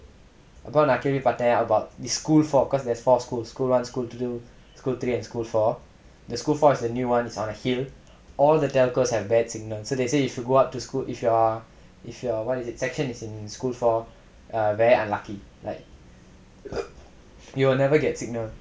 அப்போ நா கேள்வி பட்டேன்:appo naa kelvi pattaen about the school for cause there's four schools the school for is the new one all the telcos have bad signal so they say if you go out to school if you are if you are what is it if your section is in school four err very unlucky like you will never get signal